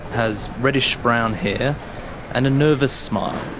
has reddish-brown hair and a nervous smile.